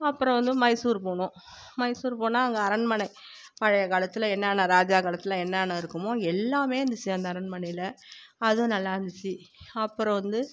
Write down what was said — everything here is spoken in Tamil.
அப்புறம் வந்து மைசூர் போனோம் மைசூர் போனால் அங்கே அரண்மனை பழைய காலத்தில் என்னான்னா ராஜா காலத்தில் என்னான்னா இருக்குமோ எல்லாமே இந்துச்சு அந்த அரண்மனையில் அது நல்லாந்துச்சு அப்புறம் வந்து